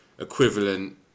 equivalent